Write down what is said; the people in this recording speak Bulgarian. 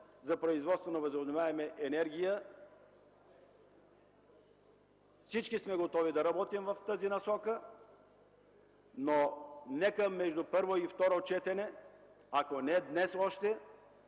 за производството на възобновяема енергия. Всички сме готови да работим в тази насока, но нека между първо и второ четене, ако не още